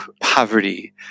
poverty